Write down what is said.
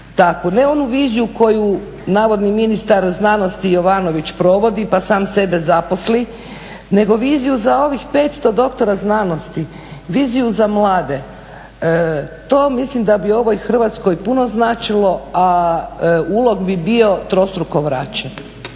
ne onu viziju koju navodni ministar znanosti Jovanović provodi pa sam sebe zaposli nego viziju za ovih 500 doktora znanosti, viziju za mlade. To mislim da bi ovoj Hrvatskoj puno značilo a ulog bi bio trostruko vraćen.